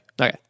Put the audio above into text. Okay